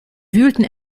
wühlten